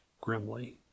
grimly